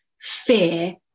fear